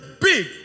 big